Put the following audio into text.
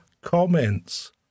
comments